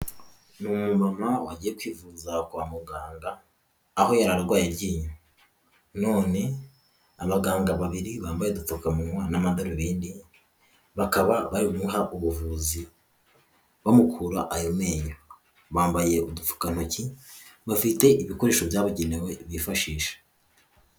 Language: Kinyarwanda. Ni umumama wagiye kwivuza kwa muganga aho yari arwaye iryinyo none abaganga babiri bambaye udupfukamunwa n'amadarubindi bakaba bari kumuha ubuvuzi bamukura ayo menyo bambaye udupfukantoki, bafite ibikoresho byabagenewe bifashisha.